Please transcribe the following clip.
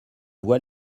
voie